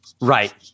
Right